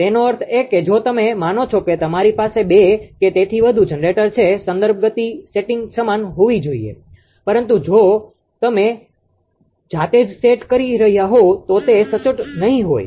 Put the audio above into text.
તેનો અર્થ એ કે જો તમે માનો છો કે તમારી પાસે બે કે તેથી વધુ જનરેટર છે સંદર્ભ ગતિ સેટિંગ સમાન હોવી જોઈએ પરંતુ તમે જો જાતે જ સેટ કરી રહ્યા હોવ તો તે સચોટ નહીં હોય